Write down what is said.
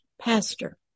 pastor